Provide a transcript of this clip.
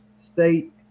state